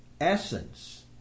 essence